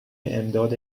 امداد